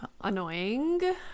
annoying